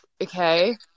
okay